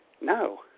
No